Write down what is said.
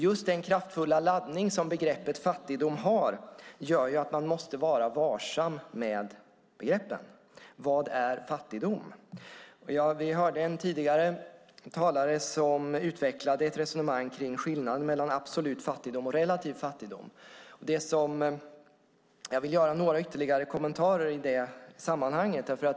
Just den kraftfulla laddning som begreppet fattigdom har gör att man måste vara varsam med begreppen. Vad är fattigdom? En tidigare talare förde ett resonemang om skillnaden mellan absolut fattigdom och relativ fattigdom. Jag vill kommentera det ytterligare.